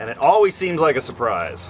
and it always seems like a surprise